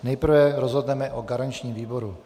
Nejprve rozhodneme o garančním výboru.